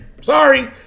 Sorry